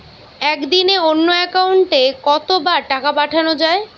একদিনে অন্য একাউন্টে কত বার টাকা পাঠানো য়ায়?